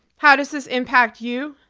how does this impact you?